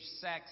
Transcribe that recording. sex